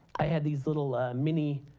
i had these little mini,